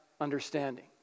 understanding